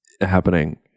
happening